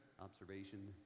observation